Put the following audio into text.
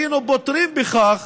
היינו פותרים בכך